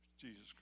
Jesus